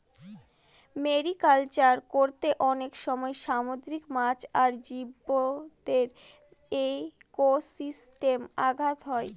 mariculture করতে অনেক সময় সামুদ্রিক মাছ আর জীবদের ইকোসিস্টেমে ঘাত হয়